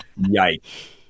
Yikes